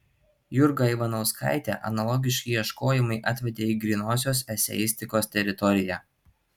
jurgą ivanauskaitę analogiški ieškojimai atvedė į grynosios eseistikos teritoriją